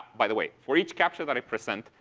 by the way, for each captcha that i present,